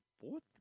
fourth